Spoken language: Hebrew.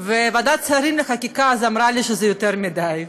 וועדת השרים לחקיקה אמרה לי אז שזה יותר מדי,